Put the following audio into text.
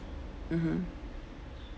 mmhmm